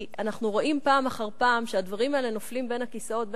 כי אנחנו רואים פעם אחר פעם שהדברים האלה נופלים בין הכיסאות,